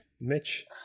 mitch